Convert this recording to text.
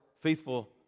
faithful